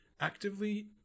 actively